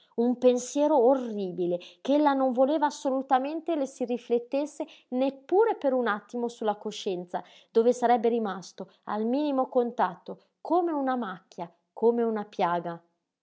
un pensiero orribile ch'ella non voleva assolutamente le si riflettesse neppure per un attimo sulla coscienza dove sarebbe rimasto al minimo contatto come una macchia come una piaga